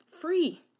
free